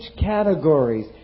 categories